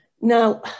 Now